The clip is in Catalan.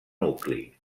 nucli